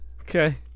Okay